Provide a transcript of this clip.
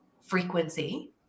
frequency